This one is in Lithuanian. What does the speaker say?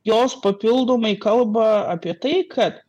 jos papildomai kalba apie tai kad